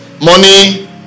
Money